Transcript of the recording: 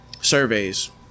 surveys